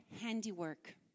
handiwork